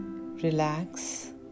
relax